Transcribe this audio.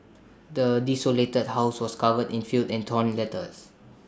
the desolated house was covered in filth and torn letters